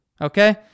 okay